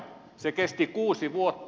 se kesti kuusi vuotta